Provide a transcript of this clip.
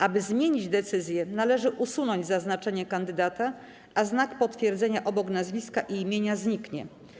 Aby zmienić decyzję, należy usunąć zaznaczenie kandydata, a znak potwierdzenia obok nazwiska i imienia zniknie.